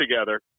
together